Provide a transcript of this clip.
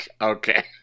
Okay